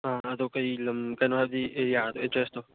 ꯑꯪ ꯑꯗꯣ ꯀꯔꯤ ꯂꯝ ꯀꯩꯅꯣ ꯍꯥꯏꯕꯗꯤ ꯑꯦꯔꯤꯌꯥꯗꯣ ꯑꯦꯗ꯭ꯔꯦꯁꯇꯣ